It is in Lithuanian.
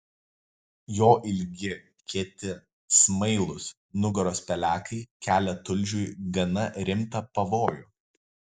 jo ilgi kieti smailūs nugaros pelekai kelia tulžiui gana rimtą pavojų